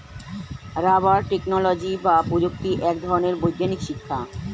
rubber technology বা প্রযুক্তি এক ধরনের বৈজ্ঞানিক শিক্ষা